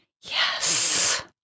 Yes